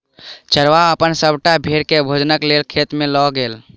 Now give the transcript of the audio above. चरवाहा अपन सभटा भेड़ के भोजनक लेल खेत में लअ गेल